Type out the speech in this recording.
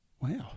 Wow